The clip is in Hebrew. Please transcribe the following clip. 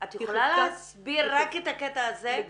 את יכולה להסביר רק את הקטע הזה?